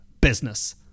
business